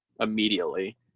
immediately